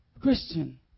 Christian